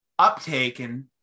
uptaken